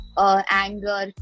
Anger